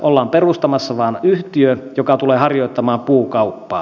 ollaan perustamassa vain yhtiö joka tulee harjoittamaan puukauppaa